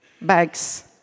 bags